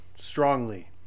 strongly